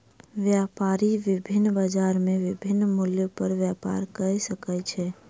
व्यापारी विभिन्न बजार में विभिन्न मूल्य पर व्यापार कय सकै छै